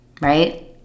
right